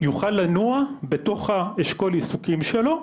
יוכל לנוע בתוך האשכול עסוקים שלו,